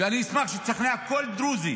ואני אשמח שתשכנע כל דרוזי